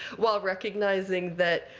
while recognizing that,